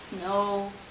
no